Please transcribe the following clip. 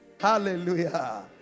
hallelujah